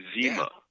zima